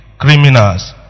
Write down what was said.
criminals